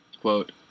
Quote